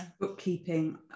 bookkeeping